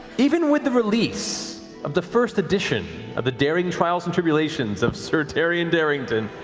even with the release of the first edition of the daring trials and tribulations of sir taryon darrington,